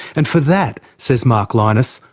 and for that, says mark lynas,